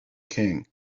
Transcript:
king